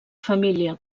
família